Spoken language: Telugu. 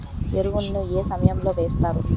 ఎరువుల ను ఏ సమయం లో వేస్తారు?